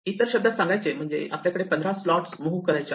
इतर शब्दात सांगायचे झाले म्हणजे आपल्याकडे 15 स्लॉट मुव्ह करायच्या आहेत